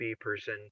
person